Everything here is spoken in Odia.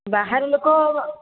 ବାହାର ଲୋକ